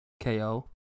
KO